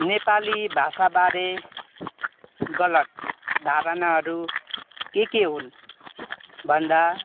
नेपाली भाषाबारे गलत धारणाहरू के के हुन् भन्दा